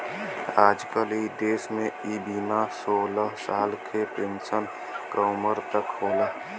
आजकल इ देस में इ बीमा सोलह साल से पेन्सन क उमर तक होला